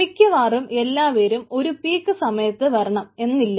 മിക്കവാറും എല്ലാപേരും ഒരു പീക്ക് സമയത്ത് വരണം എന്നില്ല